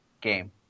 game